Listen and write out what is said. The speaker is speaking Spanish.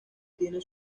tiene